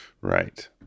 Right